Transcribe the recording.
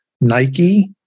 Nike